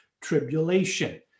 tribulation